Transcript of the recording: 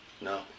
No